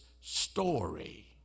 story